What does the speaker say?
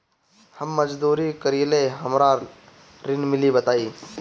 हम मजदूरी करीले हमरा ऋण मिली बताई?